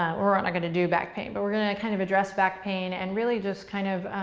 we're we're not gonna do back pain, but we're gonna kind of address back pain and really just kind of